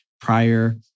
prior